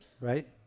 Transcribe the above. right